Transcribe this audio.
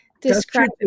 describe